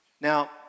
Now